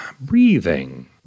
breathing